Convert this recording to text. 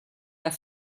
der